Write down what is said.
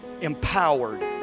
empowered